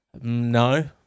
No